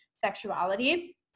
sexuality